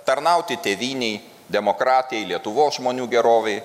tarnauti tėvynei demokratijai lietuvos žmonių gerovei